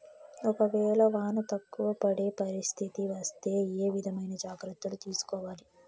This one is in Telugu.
ఒక వేళ వాన తక్కువ పడే పరిస్థితి వస్తే ఏ విధమైన జాగ్రత్తలు తీసుకోవాలి?